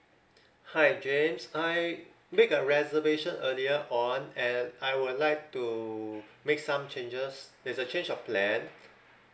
hi james I make make a reservation earlier on and I would like to make some changes there's a change of plan